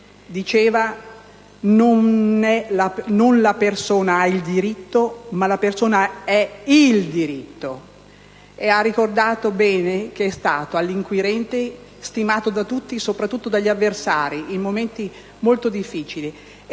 Diceva: «Non la persona "ha" il diritto, ma la persona "è" il diritto». Com'è stato ricordato bene, è stato, all'Inquirente, stimato da tutti e, soprattutto, dagli avversari, in momenti molto difficili.